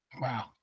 Wow